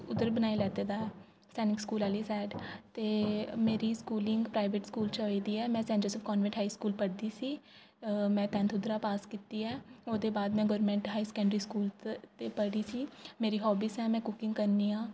उद्धर बनाई लैते दा ऐ सैनिक स्कूल आह्ली सैड ते मेरी स्कूलिंग प्राइवेट स्कूल च होई दी ऐ मैं Saint Peter of convent high school च पढ़दी सी मै टैंथ उद्धरा पास कीती ऐ ओह्दे बाद मैं गौरमेंट हाई सकैंडरी स्कूल पढ़ी सी मेरी हाबीज न मैं कुकिंग करनी आं